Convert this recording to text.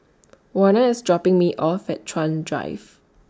Warner IS dropping Me off At Chuan Drive